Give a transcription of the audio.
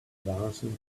advancing